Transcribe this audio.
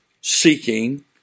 seeking